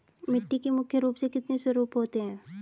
मिट्टी के मुख्य रूप से कितने स्वरूप होते हैं?